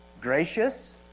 gracious